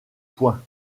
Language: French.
points